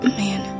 man